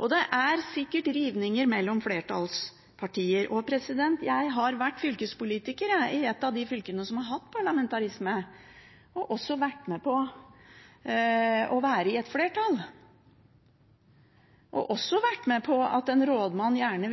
og det er sikkert rivninger mellom flertallspartier. Jeg har vært fylkespolitiker i et av de fylkene som har hatt parlamentarisme, og har også vært med på å være i et flertall. Jeg har også vært med på at en rådmann –